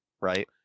right